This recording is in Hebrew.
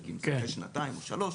אם זה אחרי שנתיים או שלוש,